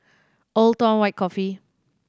Old Town White Coffee